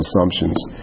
assumptions